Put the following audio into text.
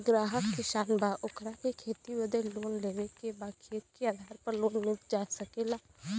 ग्राहक किसान बा ओकरा के खेती बदे लोन लेवे के बा खेत के आधार पर लोन मिल सके ला?